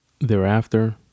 thereafter